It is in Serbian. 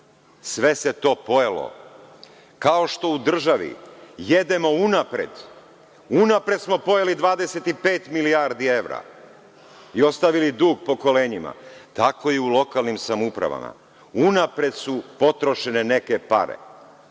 Sve se to pojelo. Kao što u državi jedemo unapred, unapred smo pojeli 25 milijardi evra i ostavili dug pokolenjima, tako i u lokalnim samoupravama unapred su potrošene neke pare.